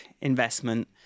investment